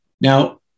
Now